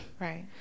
right